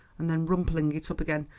and then rumpling it up again.